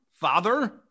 father